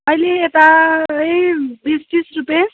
अहिले यता यही बिस तिस रुपियाँ